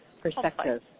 perspective